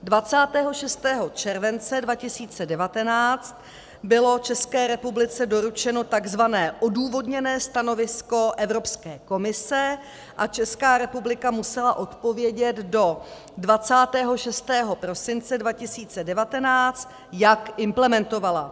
26. července 2019 bylo České republice doručeno tzv. odůvodněné stanovisko Evropské komise a Česká republika musela odpovědět do 26. prosince 2019, jak implementovala.